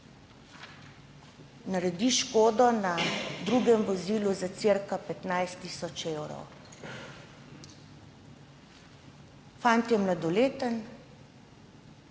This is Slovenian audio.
naredi škodo na drugem vozilu za cirka 15 tisoč evrov. Fant je mladoleten,